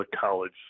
college